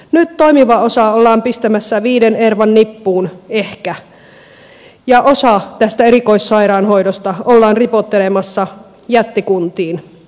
nyt toimiva osa ollaan pistämässä viiden ervan nippuun ehkä ja osa tästä erikoissairaanhoidosta ollaan ripottelemassa jättikuntiin ehkä